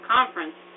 Conference